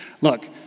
look